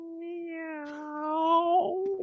Meow